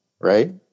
right